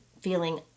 feeling